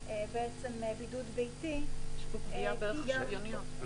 בידוד ביתי --- יש פה פגיעה בערך השוויוניות.